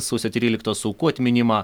sausio tryliktos aukų atminimą